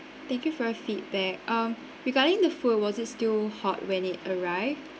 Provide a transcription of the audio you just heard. thank you for your feedback um regarding the food was is still hot when it arrived